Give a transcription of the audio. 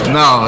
no